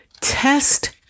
Test